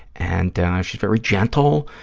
and she's very gentle,